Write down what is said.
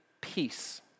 peace